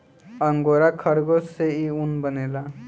angora खरगोश से इ ऊन बनेला